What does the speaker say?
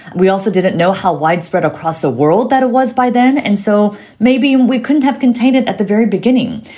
we also didn't know how widespread across the world that it was by then. and so maybe we couldn't have contained it at the very beginning,